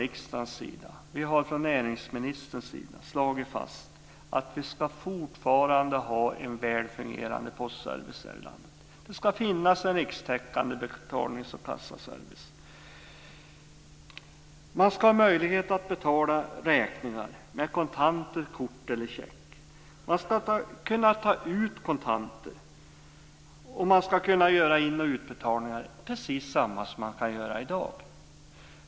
Riksdagen och näringsministern har slagit fast att vi fortsatt ska ha en väl fungerande postservice i vårt land. Det ska finnas en rikstäckande betalnings och kassaservice. Man ska ha möjlighet att betala räkningar med kontanter, kort eller check. Man ska kunna ta ut kontanter och kunna göra in och utbetalningar precis som man kan göra i dag.